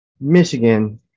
michigan